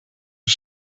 een